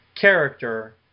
character